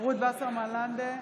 רות וסרמן לנדה,